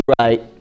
right